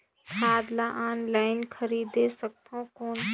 खाद ला ऑनलाइन खरीदे सकथव कौन?